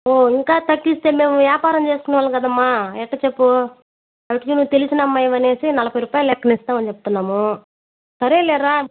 అమ్మా ఇంకా తగ్గిస్తే మేము వ్యాపారం చేసుకునే వాళ్ళము కదమ్మా ఎట్ల చెప్పు అప్పటికీ నువ్వు తెలిసిన అమ్మాయివి అనేసి నలభై రూపాయల లెక్కన ఇస్తామని చెప్తున్నాము సరేలే రా